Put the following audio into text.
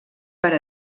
per